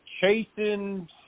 Chasing